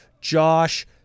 Josh